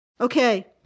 Okay